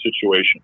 situation